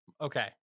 okay